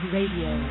Radio